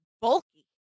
bulky